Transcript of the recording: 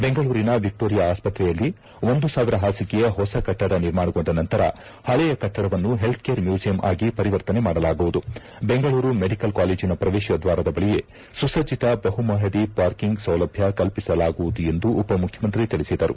ಬೆಂಗಳೂರಿನ ವಿಕ್ಟೋರಿಯಾ ಆಸ್ವತ್ರೆಯಲ್ಲಿ ಒಂದು ಸಾವಿರ ಪಾಸಿಗೆಯ ಹೊಸ ಕಟ್ಟಡ ನಿರ್ಮಾಣಗೊಂಡ ನಂತರ ಪಳೆಯ ಕಟ್ಟಡವನ್ನು ಪೆಲ್ತ್ ಕೇರ್ ಮ್ಯೂಸಿಯಂ ಆಗಿ ಪರಿವರ್ತನೆ ಮಾಡಲಾಗುವುದು ಬೆಂಗಳೂರು ಮೆಡಿಕಲ್ ಕಾಲೇಜಿನ ಪ್ರವೇಶ ದ್ವಾರದ ಬಳಿಯೇ ಸುಸಜ್ಜಿತ ಬಹುಮಪಡಿ ಪಾರ್ಕಿಂಗ್ ಸೌಲಭ್ಯ ಕಲ್ಪಿಸಲಾಗುವುದು ಎಂದು ಉಪಮುಖ್ಯಮಂತ್ರಿ ತಿಳಿಸಿದರು